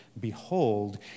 behold